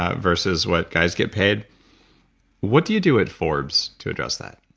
ah versus what guys get paid what do you do at forbes to address that?